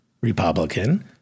Republican